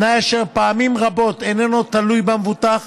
תנאי אשר פעמים רבות איננו תלוי במבוטח,